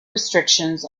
restrictions